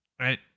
right